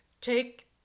take